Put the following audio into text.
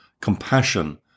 compassion